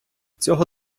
цього